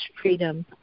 freedom